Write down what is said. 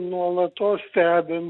nuolatos stebim